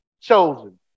chosen